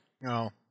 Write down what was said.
No